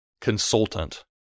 consultant